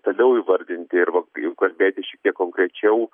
toliau įvardinti ir jau kalbėti šiek tiek konkrečiau